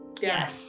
Yes